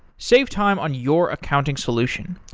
save time on your accounting solution.